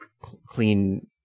clean